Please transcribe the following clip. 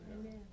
Amen